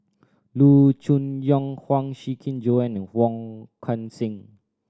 Loo Choon Yong Huang Shiqi Joan and Wong Kan Seng